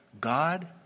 God